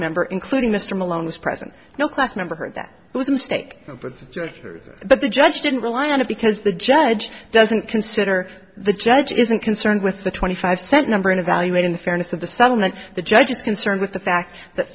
member including mr malone was present no class member heard that was a mistake but but the judge didn't rely on it because the judge doesn't consider the judge isn't concerned with the twenty five cent number in evaluating the fairness of the settlement the judge is concerned with the fact that